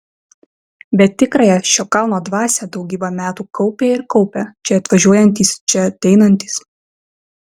bet tikrąją šio kalno dvasią daugybę metų kaupė ir kaupia čia atvažiuojantys čia ateinantys